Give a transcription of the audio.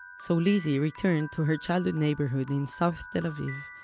so lizzie returned to her childhood neighborhood, in south tel aviv,